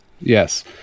Yes